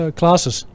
classes